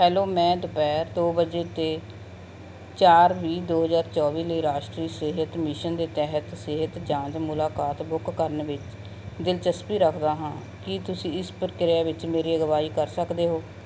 hello ਮੈਂ ਦੁਪਹਿਰ ਦੋ ਵਜੇ ਤੋਂ ਚਾਰ ਵੀਹ ਦੋ ਹਜ਼ਾਰ ਚੌਵੀ ਲਈ ਰਾਸ਼ਟਰੀ ਸਿਹਤ ਮਿਸ਼ਨ ਦੇ ਤਹਿਤ ਸਿਹਤ ਜਾਂਚ ਮੁਲਾਕਾਤ ਬੁੱਕ ਕਰਨ ਵਿੱਚ ਦਿਲਚਸਪੀ ਰੱਖਦਾ ਹਾਂ ਕੀ ਤੁਸੀਂ ਇਸ ਪ੍ਰਕਿਰਿਆ ਵਿੱਚ ਮੇਰੀ ਅਗਵਾਈ ਕਰ ਸਕਦੇ ਹੋ